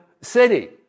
city